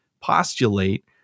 postulate